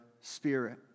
spirit